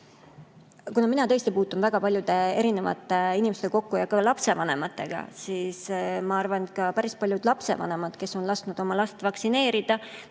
kuna mina tõesti puutun väga paljude erinevate inimestega kokku ja ka lapsevanematega, siis ma arvan, et päris paljud lapsevanemad, kes on lasknud oma last vaktsineerida,